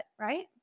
Right